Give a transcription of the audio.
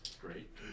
Great